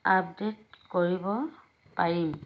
update কৰিব পাৰিম